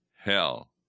hell